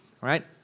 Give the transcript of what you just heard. right